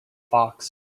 fox